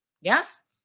yes